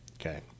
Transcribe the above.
okay